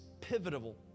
pivotal